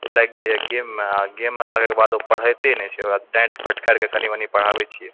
ओ लागि जाइए गेममे आ गेममे लागयके बाद ओ पढ़िते नहि छै ओकरा डाँटि फटकारिकऽ कनि मानि पढ़ाबैत छियै